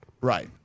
Right